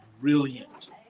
brilliant